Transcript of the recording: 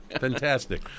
fantastic